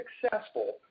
successful